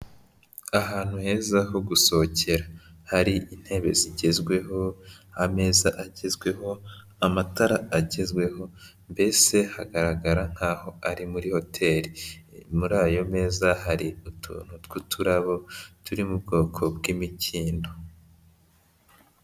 Ahantu heza ho gusohokera hari intebe zigezweho, ameza agezweho, amatara agezweho, mbese hagaragara nkaho ari muri hoteli, muri ayo meza hari utuntu tw'uturabo turi mu bwoko bw'imikindo.